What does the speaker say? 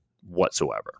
whatsoever